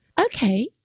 Okay